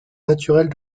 naturels